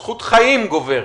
זכות חיים גוברת.